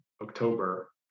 October